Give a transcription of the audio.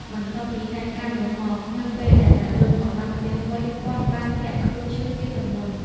បន្ទាប់ពីហេតុការណ៍នោះមក នៅពេលដែលតាឡុចមកដល់ផ្ទះវិញ គាត់បានធ្លាក់ខ្លួនឈឺជាទម្ងន់។